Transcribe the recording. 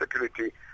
security